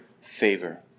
favor